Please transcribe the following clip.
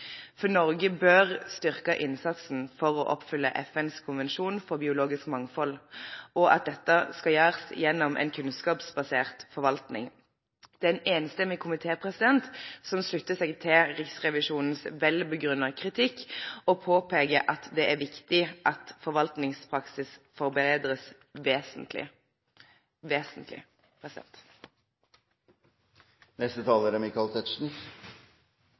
Norge bør styrke innsatsen for å oppfylle FNs konvensjon for biologisk mangfold, og at dette skal gjøres gjennom en kunnskapsbasert forvaltning. Det er en enstemmig komité som slutter seg til Riksrevisjonens vel begrunnede kritikk, og påpeker at det er viktig at forvaltningspraksis forbedres vesentlig – vesentlig!